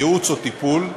ייעוץ או טיפול",